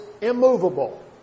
immovable